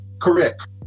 Correct